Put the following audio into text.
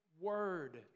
word